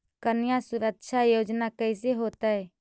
कन्या सुरक्षा योजना कैसे होतै?